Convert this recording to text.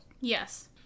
yes